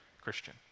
Christian